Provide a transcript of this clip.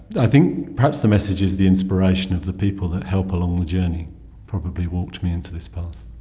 i think perhaps the message is the inspiration of the people that help along the journey probably walked me into this path.